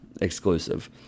exclusive